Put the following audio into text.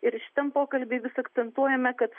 ir šitam pokalby vis akcentuojame kad